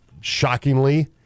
shockingly